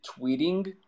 tweeting